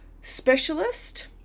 specialist